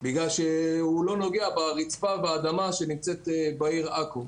בגלל שהוא לא נוגע באדמה שנמצאת בעיר עכו,